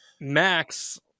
Max